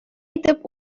итеп